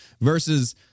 versus